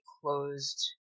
closed